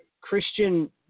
Christian